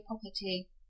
property